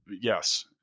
Yes